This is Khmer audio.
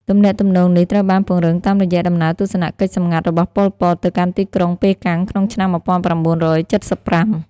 ទំនាក់ទំនងនេះត្រូវបានពង្រឹងតាមរយៈដំណើរទស្សនកិច្ចសម្ងាត់របស់ ប៉ុល ពត ទៅកាន់ទីក្រុងប៉េកាំងក្នុងឆ្នាំ១៩៧៥។